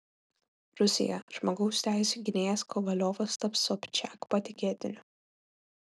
rusija žmogaus teisių gynėjas kovaliovas taps sobčiak patikėtiniu